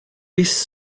bis